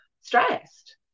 stressed